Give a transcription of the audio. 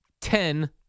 ten